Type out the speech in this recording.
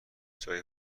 جایی